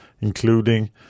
including